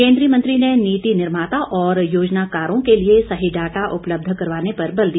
केंद्रीय मंत्री ने नीति निर्माता और योजनाकारों के लिए सही डाटा उपलब्ध करवाने पर बल दिया